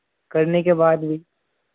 करने के बाद भी